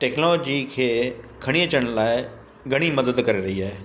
technology खे खणी अचण लाइ घणी मदद करे रही आहे